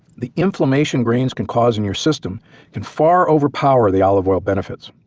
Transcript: the inflammation grains can cause in your system can far over power the olive oil benefits.